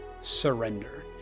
surrender